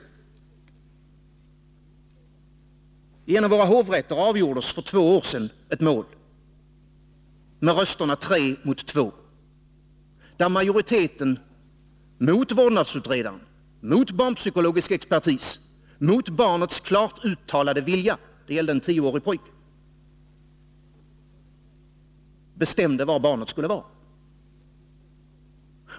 I en av våra hovrätter avgjordes för två år sedan ett mål med rösterna 3 mot 2, där majoriteten mot vårdnadsutredaren, mot barnpsykologisk expertis, mot barnets klart uttalade vilja — det gällde en tioårig pojke — bestämde var barnet skulle vara.